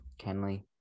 Kenley